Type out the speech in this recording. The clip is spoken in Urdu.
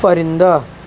پرندہ